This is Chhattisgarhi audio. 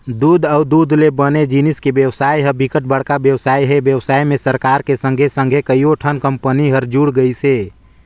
दूद अउ दूद ले बने जिनिस के बेवसाय ह बिकट बड़का बेवसाय हे, बेवसाय में सरकार के संघे संघे कयोठन कंपनी हर जुड़ गइसे